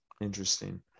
Interesting